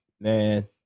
man